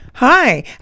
Hi